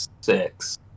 six